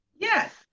yes